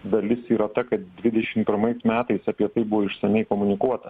dalis yra ta kad dvidešim pirmais metais apie tai buvo išsamiai komunikuota